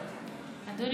אדוני היושב-ראש,